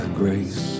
grace